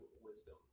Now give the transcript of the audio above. wisdom